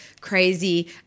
crazy